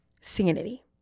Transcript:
sanity